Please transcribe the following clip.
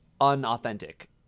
unauthentic